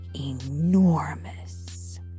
Enormous